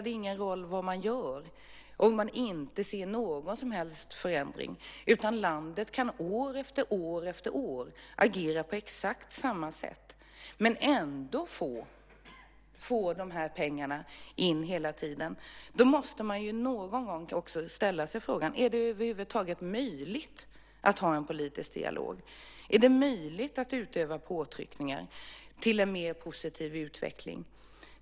Om det inte spelar någon roll vad man säger eller gör, om man inte ser någon som helst förändring utan landet år efter år kan agera på exakt samma sätt och ändå få in de här pengarna hela tiden måste man ställa sig den frågan: Är det möjligt att utöva påtryckningar för en mer positiv utveckling?